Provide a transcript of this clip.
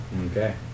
Okay